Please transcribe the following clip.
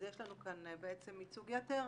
אז יש לנו כאן בעצם ייצוג יתר.